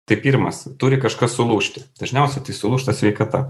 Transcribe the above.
tai pirmas turi kažkas sulūžti dažniausiai tai sulūžta sveikata